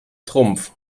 trumpf